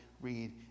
read